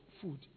food